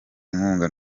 inkunga